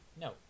No